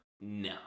no